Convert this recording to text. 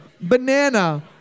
Banana